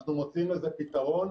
אנחנו מוצאים לזה פתרון,